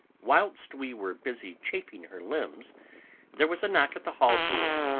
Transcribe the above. whilst we were busy chafing her limbs there was a knock at the hall door.